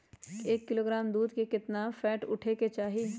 एक किलोग्राम दूध में केतना फैट उठे के चाही?